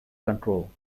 control